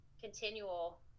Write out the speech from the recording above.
continual